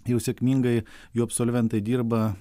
jau sėkmingai jų absolventai dirba